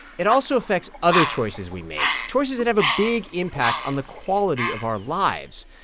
it also affects other choices we make choices that have a big impact on the quality of our lives.